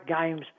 games